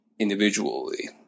Individually